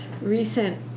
recent